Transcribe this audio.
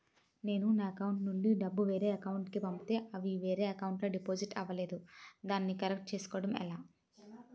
నేను నా అకౌంట్ నుండి డబ్బు వేరే వారి అకౌంట్ కు పంపితే అవి వారి అకౌంట్ లొ డిపాజిట్ అవలేదు దానిని కరెక్ట్ చేసుకోవడం ఎలా?